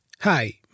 Hi